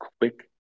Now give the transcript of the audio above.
quick